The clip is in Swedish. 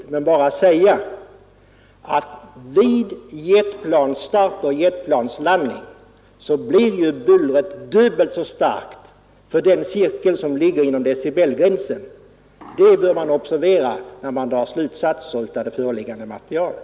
Jag vill bara säga att vid jetplanstarter och vid jetplanslandningar blir bullret dubbelt så starkt för den cirkel som ligger inom den kritiska bullergränsen. Det bör man observera när man på förhand drar slutsatser av det föreliggande materialet.